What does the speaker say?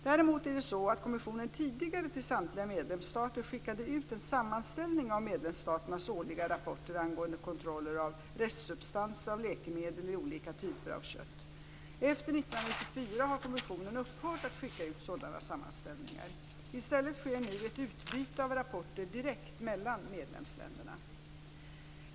Däremot är det så att kommissionen tidigare till samtliga medlemsstater skickade ut en sammanställning av medlemsstaternas årliga rapporter angående kontroller av restsubstanser av läkemedel i olika typer av kött. Efter 1994 har kommissionen upphört att skicka ut sådana sammanställningar. I stället sker nu ett utbyte av rapporter direkt mellan medlemsländerna.